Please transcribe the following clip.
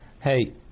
Hey